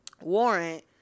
warrant